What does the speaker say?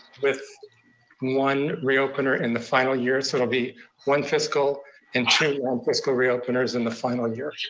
with one re-opener in the final year. so it'll be one fiscal and two one fiscal re-openers in the final year.